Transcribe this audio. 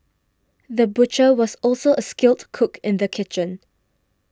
the butcher was also a skilled cook in the kitchen